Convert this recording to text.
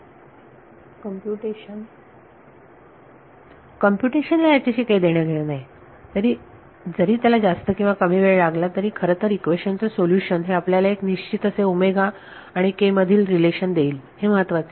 विद्यार्थी computation computation ला याच्याशी काही देणे घेणे नाही जरी त्याला जास्त किंवा कमी वेळ लागला तरी खरंतर इक्वेशन चे सोल्युशन हे आपल्याला एक निश्चित असे आणि k मधील रिलेशन देईल हे महत्त्वाचे आहे